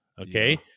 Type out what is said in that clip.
Okay